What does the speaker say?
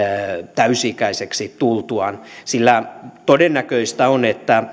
täysi ikäiseksi tultuaan sillä todennäköistä on että